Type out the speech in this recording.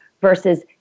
versus